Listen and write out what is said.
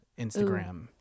Instagram